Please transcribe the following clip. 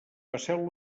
passeu